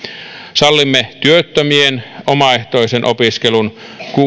sallimme työttömien omaehtoisen opiskelun